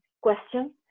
question